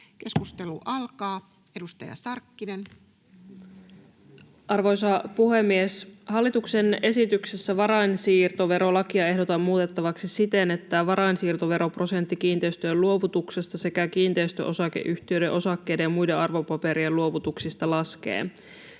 Keskustelu alkaa. Edustaja Sarkkinen. Arvoisa puhemies! Hallituksen esityksessä varainsiirtoverolakia ehdotetaan muutettavaksi siten, että varainsiirtoveroprosentti kiinteistöjen luovutuksesta sekä kiinteistöosakeyhtiöiden osakkeiden ja muiden arvopaperien luovutuksista laskee.